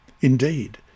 Indeed